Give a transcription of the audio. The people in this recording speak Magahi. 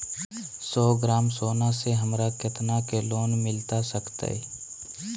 सौ ग्राम सोना से हमरा कितना के लोन मिलता सकतैय?